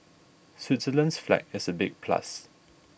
Switzerland's flag is a big plus